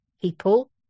people